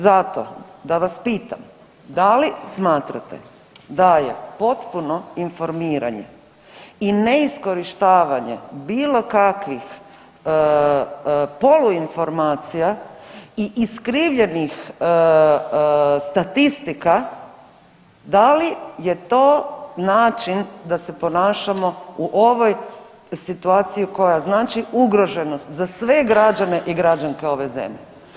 Zato da vas pitam da li smatrate da je potpuno informiranje i neiskorištavanje bilo kakvih polu informacija i iskrivljenih statistika, da li je to način da se ponašamo u ovoj situaciji koja znači ugroženost za sve građanke i građane ove zemlje.